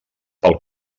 pel